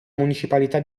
municipalità